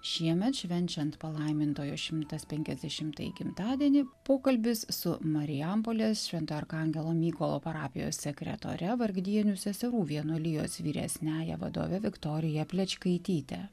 šiemet švenčiant palaimintojo šimtas penkiasdešimtąjį gimtadienį pokalbis su marijampolės švento arkangelo mykolo parapijos sekretore vargdienių seserų vienuolijos vyresniąja vadove viktorija plečkaityte